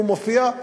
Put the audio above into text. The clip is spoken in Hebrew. והוא מופיע,